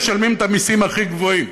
משלמים את המיסים הכי גבוהים.